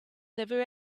never